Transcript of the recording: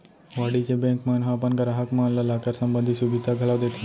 वाणिज्य बेंक मन ह अपन गराहक मन ल लॉकर संबंधी सुभीता घलौ देथे